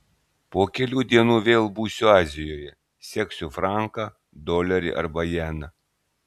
po kelių dienų vėl būsiu azijoje seksiu franką dolerį arba jeną